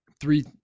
Three